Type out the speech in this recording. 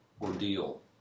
ordeal